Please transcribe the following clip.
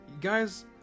guys